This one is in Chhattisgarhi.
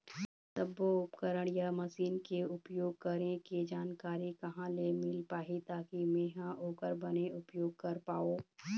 सब्बो उपकरण या मशीन के उपयोग करें के जानकारी कहा ले मील पाही ताकि मे हा ओकर बने उपयोग कर पाओ?